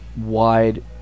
wide